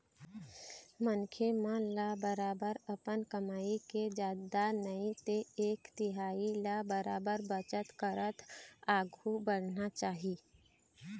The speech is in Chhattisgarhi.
मनखे मन ल बरोबर अपन कमई के जादा नई ते एक तिहाई ल बरोबर बचत करत आघु बढ़ना चाही